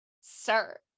Sir